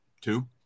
two